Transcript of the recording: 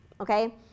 okay